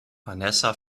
vanessa